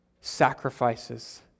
sacrifices